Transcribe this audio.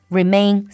remain